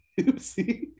Oopsie